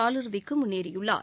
கால் இறுதிக்கு முன்னேறியுள்ளார்